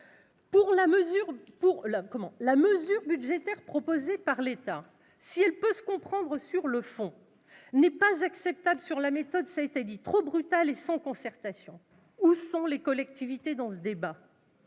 ? La mesure budgétaire proposée par l'État, si elle peut se comprendre sur le fond, n'est pas acceptable quant à la méthode, trop brutale et sans concertation. Où sont les collectivités dans ce débat ?